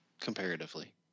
comparatively